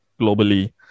globally